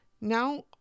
Now